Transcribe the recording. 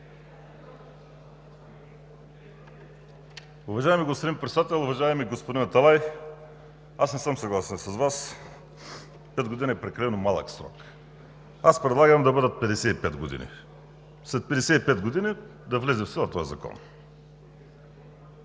Уважаеми господин Председател! Уважаеми господин Аталай, не съм съгласен с Вас. Пет години е прекалено малък срок. Аз предлагам да бъдат 55 години! След 55 години да влезе в сила този закон.